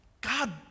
God